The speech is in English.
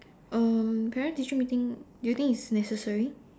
um parent teacher meeting do you think it's necessary